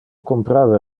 comprava